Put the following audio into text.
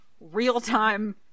real-time